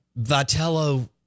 Vitello